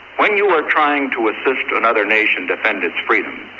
when you are trying to assist another nation defend its freedom,